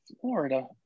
Florida